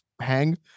hang